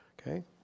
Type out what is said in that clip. okay